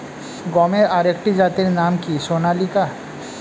গমের আরেকটি জাতের নাম কি সোনালিকা?